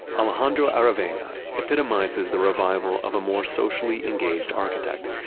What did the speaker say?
alejandro aravena epitomizes the revival of a more socially engaged architect,